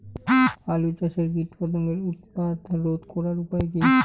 আলু চাষের কীটপতঙ্গের উৎপাত রোধ করার উপায় কী?